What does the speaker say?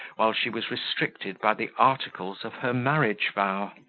while she was restricted by the articles of her marriage-vow.